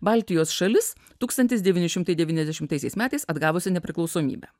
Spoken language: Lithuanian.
baltijos šalis tūkstantis devyni šimtai devyniasdešimtaisiais metais atgavusi nepriklausomybę